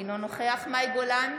אינו נוכח מאי גולן,